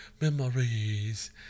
memories